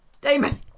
Damon